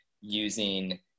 using